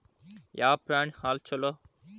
ಯಾವ ಪ್ರಾಣಿ ಹಾಲು ಛಲೋ?